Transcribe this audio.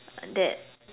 that